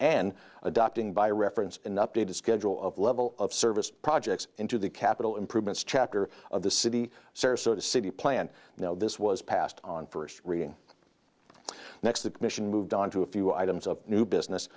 and adopting by reference an updated schedule of level of service projects into the capital improvements chapter of the city sarasota city plan now this was passed on first reading next the mission moved on to a few items of new business